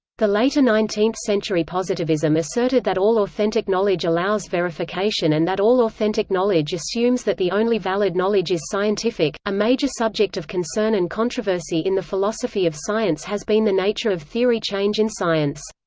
the later nineteenth century positivism asserted that all authentic knowledge allows verification and that all authentic knowledge assumes that the only valid knowledge is scientific a major subject of concern and controversy in the philosophy of science has been the nature of theory change in science.